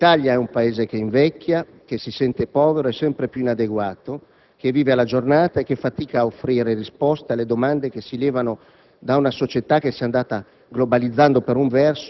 Signor Presidente, onorevoli colleghi, è sempre un'operazione utile uscire dall'agone ristretto della discussione politica e tentare uno sguardo d'insieme;